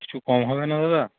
কিছু কম হবে না দাদা